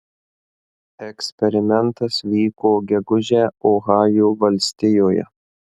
eksperimentas vyko gegužę ohajo valstijoje